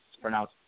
pronounce